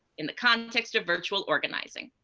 in the context of virtual organizing?